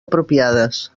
apropiades